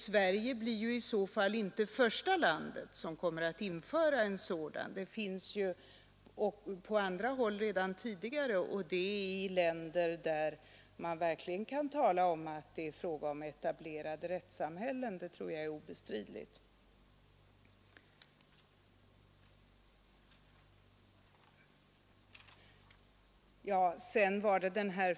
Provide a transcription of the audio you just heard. Sverige blir i så fall inte första landet som inför något sådant. Det finns på andra håll redan tidigare, och det är i länder där man verkligen kan tala om etablerade rättssamhällen — det tror jag är obestridligt.